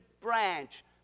branch